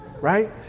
Right